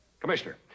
Commissioner